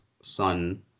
son